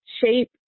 shape